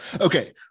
Okay